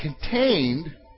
contained